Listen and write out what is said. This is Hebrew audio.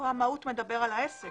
כאן אנחנו מדברים על חידוש